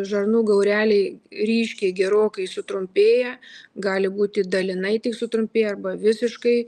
žarnų gaureliai ryškiai gerokai sutrumpėję gali būti dalinai tik sutrumpėję arba visiškai